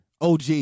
OG